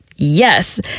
Yes